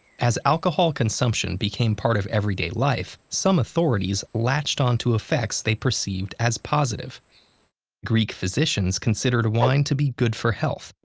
as alcohol consumption became part of everyday life, some authorities latched onto effects they perceived as positive greek physicians considered wine to be good for health,